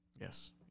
Yes